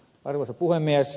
arvoisa puhemies